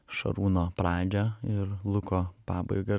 šarūno pradžią ir luko pabaigą ir